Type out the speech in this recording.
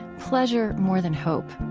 pleasure more than hope,